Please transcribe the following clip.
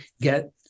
get